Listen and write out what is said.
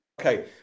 Okay